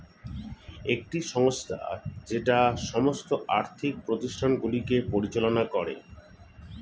একটি সংস্থা যেটা সমস্ত আর্থিক প্রতিষ্ঠানগুলিকে পরিচালনা করে